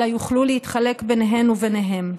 אלא יוכלו להתחלק ביניהן וביניהם.